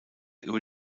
über